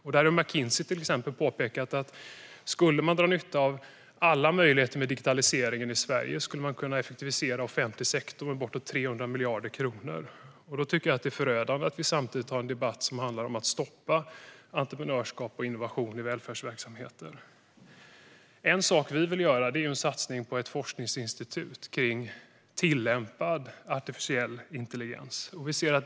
McKinsey har till exempel påpekat att man, om man skulle dra nytta av alla möjligheter med digitaliseringen i Sverige, skulle kunna effektivisera offentlig sektor med bortåt 300 miljarder kronor. Det är förödande att vi samtidigt har en debatt som handlar om att stoppa entreprenörskap och innovation i välfärdsverksamheten. En sak vi vill göra är en satsning på ett forskningsinstitut för tillämpad artificiell intelligens.